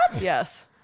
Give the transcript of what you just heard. yes